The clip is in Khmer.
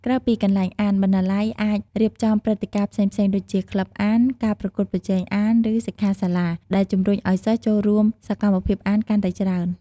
ក្រៅពីជាកន្លែងអាន បណ្ណាល័យអាចរៀបចំព្រឹត្តិការណ៍ផ្សេងៗដូចជា ក្លឹបអាន ការប្រកួតប្រជែងអាន ឬសិក្ខាសាលា ដែលជំរុញឱ្យសិស្សចូលរួមសកម្មភាពអានកាន់តែច្រើន។